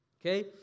okay